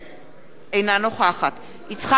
אינה נוכחת יצחק וקנין,